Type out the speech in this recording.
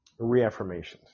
reaffirmations